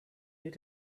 did